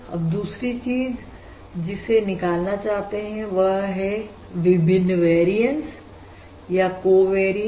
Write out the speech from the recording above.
अब हम दूसरी चीज जिसे निकालना चाहते हैं वह है विभिन्न वेरियनस या कोवेरियनस